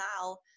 now